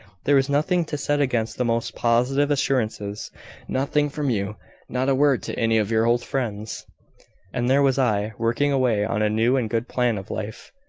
there was nothing to set against the most positive assurances nothing from you not a word to any of your old friends and there was i, working away on a new and good plan of life,